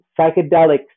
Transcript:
psychedelics